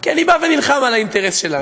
כי אני נלחם על האינטרס שלנו.